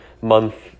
month